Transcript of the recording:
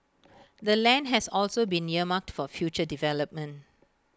the land has also been earmarked for future development